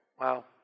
Wow